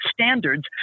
standards –